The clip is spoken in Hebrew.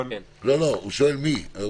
אבל --- הוא שואל מי.